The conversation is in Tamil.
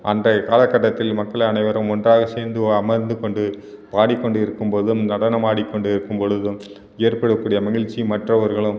அன்றைய காலக்கட்டதில் மக்கள் அனைவரும் ஒன்றாக சேந்து ஒ அமர்ந்து கொண்டு பாடிக்கொண்டிருக்கும் போதும் நடனமாடிக்கொண்டிருக்கும் பொழுதும் ஏற்படக்கூடிய மகிழ்ச்சி மற்றவர்களும்